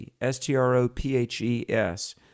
S-T-R-O-P-H-E-S